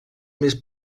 més